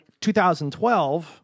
2012